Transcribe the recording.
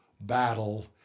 battle